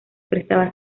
prestaba